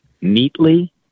neatly